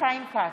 חיים כץ,